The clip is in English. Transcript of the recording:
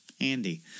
Andy